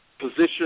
position